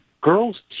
girl's